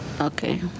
Okay